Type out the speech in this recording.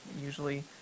usually